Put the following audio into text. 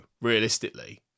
realistically